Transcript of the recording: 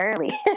early